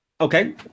Okay